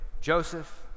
Joseph